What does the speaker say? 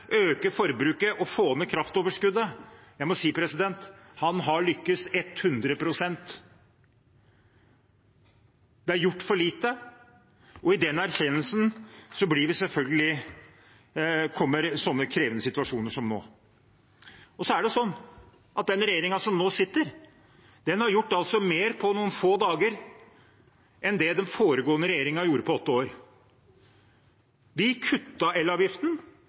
øke forbruket og få ned kraftoverskuddet. Jeg må si at han har lykkes ett hundre prosent. Det er gjort for lite, og i den erkjennelsen kommer krevende situasjoner som denne. Så er det slik at den regjeringen som nå sitter, har gjort mer på noen få dager enn det den foregående regjeringen gjorde på åtte år. Vi kutter i elavgiften,